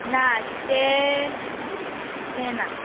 ना तें तें ना